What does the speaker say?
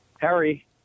Harry